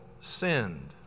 sinned